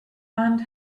and